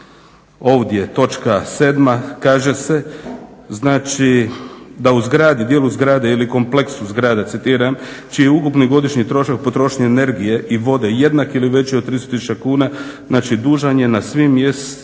ovdje točka 7. kaže se, znači da u zgradi, dijelu zgrade ili kompleksu zgrade citiram čiji ukupni godišnji trošak potrošnje energije i vode jednak ili veći od 300000 kuna, znači dužan je na svim mjernim